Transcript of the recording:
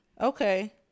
okay